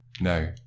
no